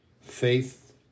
faith